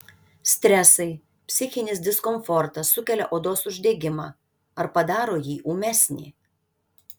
stresai psichinis diskomfortas sukelia odos uždegimą ar padaro jį ūmesnį